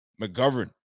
McGovern